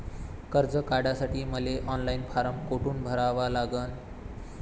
कर्ज काढासाठी मले ऑनलाईन फारम कोठून भरावा लागन?